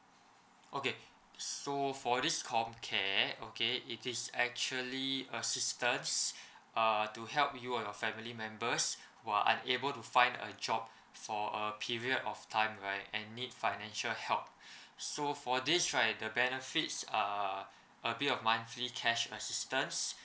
okay so for this comcare it is actually assistance uh to help you or your family members who are unable to find a job for a period of time right and need financial help so for this right the benefits are a bit of monthly cash assistance